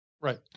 Right